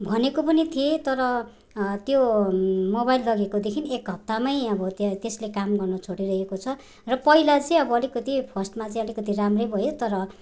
भनेको पनि थिएँ तर त्यो मोबाइल लगेकोदेखि एक हप्तामै अब त्यो त्यसले काम गर्नु छोडिरहेको छ र पहिला चाहिँ अब अलिकति फर्स्टमा चाहिँ अलिकति राम्रै भयो तर